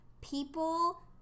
people